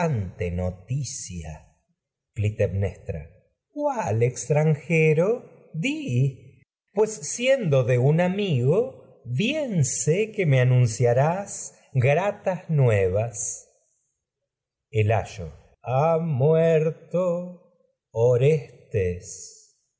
noticia clitemnestra de cuál extranjero di pues siendo un amigo bien sé que me anunciarás gratas nuevas ayo el ha muerto orestes